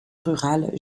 rurale